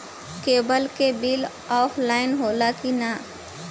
Cable के bill offline होला कि ना?